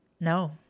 no